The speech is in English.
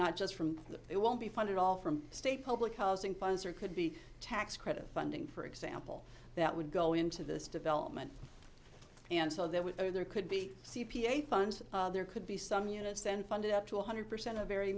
not just from it won't be funded all from state public housing funds or could be tax credit funding for example that would go into this development and so there were there could be c p a funds there could be some units then funded up to one hundred percent a very